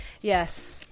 Yes